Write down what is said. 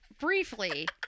briefly